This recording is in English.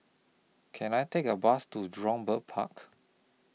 Can I Take A Bus to Jurong Bird Park